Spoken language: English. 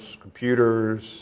computers